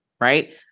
Right